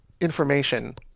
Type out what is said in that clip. information